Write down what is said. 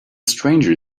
stranger